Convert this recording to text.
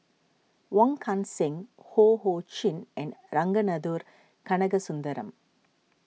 Wong Kan Seng Ho Ho Chin and Ragunathar Kanagasuntheram